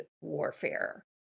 warfare